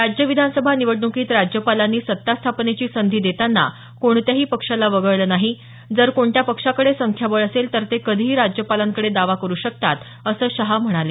राज्य विधानसभा निवडणुकीत राज्यपालांनी सत्ता स्थापनेची संधी देताना कोणत्याही पक्षाला वगळलं नाही जर कोणत्या पक्षाकडे संख्याबळ असेल तर ते कधीही राज्यपालांकडे दावा करु शकतात असं ते म्हणाले